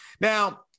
now